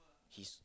he's